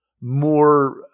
more